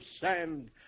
sand